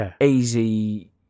easy